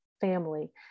family